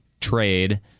trade